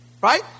Right